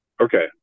Okay